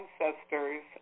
ancestors